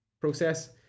process